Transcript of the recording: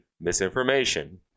misinformation